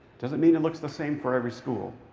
doesn't mean it looks the same for every school.